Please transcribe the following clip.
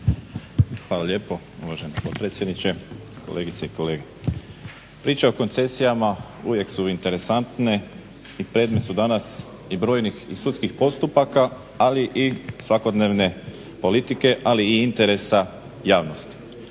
Hvala lijepo uvaženi potpredsjedniče. Kolegice i kolege. Priče o koncesijama uvijek su interesantne i predmet su danas i brojnih i sudskih postupaka ali i svakodnevne politike ali i interesa javnosti.